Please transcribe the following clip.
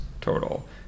total